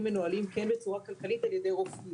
מנוהלים בצורה כן כלכלית על ידי רופאים.